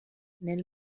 nel